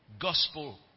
gospel